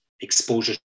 exposure